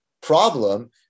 problem